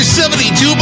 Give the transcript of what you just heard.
72